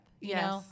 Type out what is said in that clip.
Yes